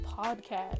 podcast